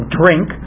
drink